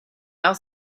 not